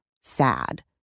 sad